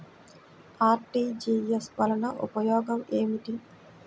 RTGS వలన ఉపయోగం ఏమిటీ?